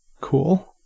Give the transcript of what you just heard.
cool